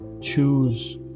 choose